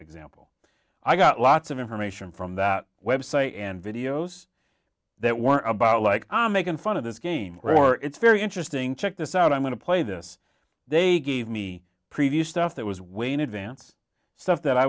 example i got lots of information from that website and videos that were about like i'm making fun of this game or it's very interesting check this out i'm going to play this they gave me preview stuff that was way in advance stuff that i